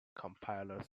compiler